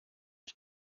ich